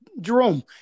jerome